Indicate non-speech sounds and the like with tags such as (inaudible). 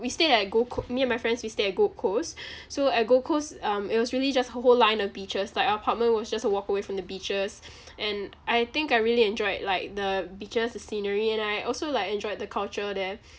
we stayed at gold coa~ me and my friends we stayed at gold coast so at gold coast um it was really just who~ whole line of beaches like our apartment was just a walk away from the beaches (noise) and I think I really enjoyed like the beaches the scenery and I also like enjoyed the culture there